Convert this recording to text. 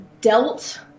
dealt